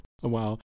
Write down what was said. Wow